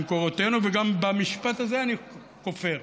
וגם במשפט הזה אני כופר.